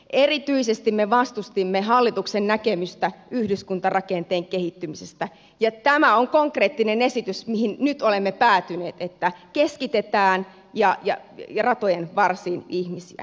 erityisesti me vastustimme hallituksen näkemystä yhdyskuntarakenteen kehittymisestä ja tämä on konkreettinen esitys mihin nyt olemme päätyneet että keskitetään ratojen varsiin ihmisiä